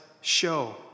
show